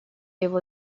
его